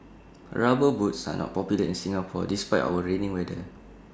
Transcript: rubber boots are not popular in Singapore despite our rainy weather